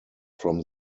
from